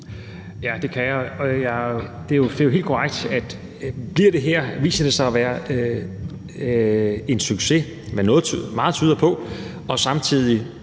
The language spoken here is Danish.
Ja, det kan jeg. Det er jo helt korrekt, at viser det her sig at være en succes, hvad meget tyder på, og samtidig